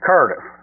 Curtis